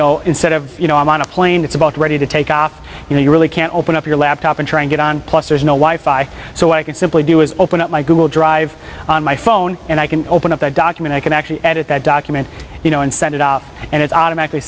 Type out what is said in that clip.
know instead of you know i'm on a plane it's about ready to take off you know you really can't open up your laptop and try and get on plus there's no wife i so i can simply do is open up my google drive on my phone and i can open up a document i can actually at that document you know and send it up and it automatically